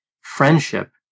friendship